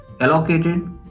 allocated